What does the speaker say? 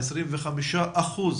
אבל 25%